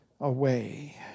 away